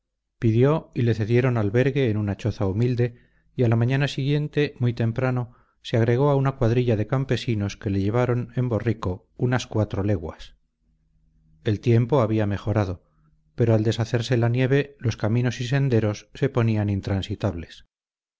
pidió y le cedieron albergue en una choza humilde y a la mañana siguiente muy temprano se agregó a una cuadrilla de campesinos que le llevaron en borrico unas cuatro leguas el tiempo había mejorado pero al deshacerse la nieve los caminos y senderos se ponían intransitables